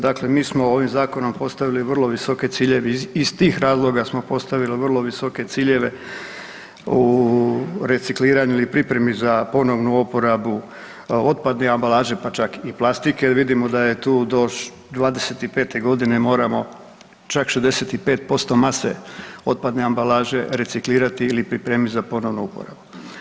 Dakle, mi smo ovim Zakonom postavili vrlo visoke ciljeve, iz tih razloga smo postavili vrlo visoke ciljeve u recikliranju ili pripremi za ponovnu oporabu otpadne ambalaže, pa čak i plastike jer vidimo da je tu do '25. g. moramo čak 65% mase otpadne ambalaže reciklirati ili pripremiti za ponovnu uporabu.